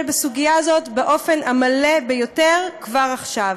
בסוגיה הזאת באופן המלא ביותר כבר עכשיו.